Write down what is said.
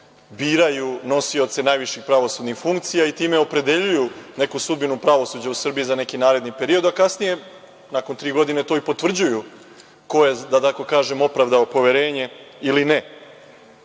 biraju nosioce najviših pravosudnih funkcija i time opredeljuju neku sudbinu pravosuđa u Srbiji za neki naredni period, a kasnije nakon tri godine to i potvrđuju ko je, da tako kažem, opravdao poverenje ili ne. Ono